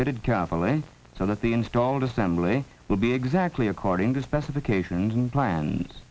fitted carefully so that the installed assembly will be exactly according to specifications and plans